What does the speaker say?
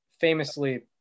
Famously